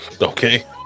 okay